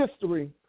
history